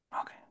okay